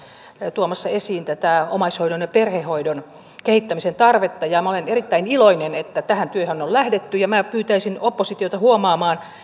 tuomassa esiin tätä omaishoidon ja perhehoidon kehittämisen tarvetta ja olen erittäin iloinen että tähän työhön on lähdetty ja pyytäisin oppositiota huomaamaan